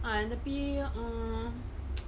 ah tapi uh